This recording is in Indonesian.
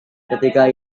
ketika